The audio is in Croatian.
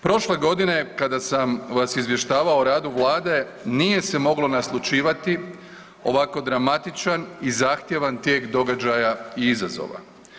Prošle godine kada sam vas izvještavao o radu Vlade nije se moglo naslućivati ovako dramatičan i zahtjevan tijek događaja i izazova.